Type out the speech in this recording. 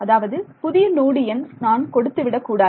அதாவது புதிய நோடு எண் நான் கொடுத்து விடக் கூடாது